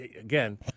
again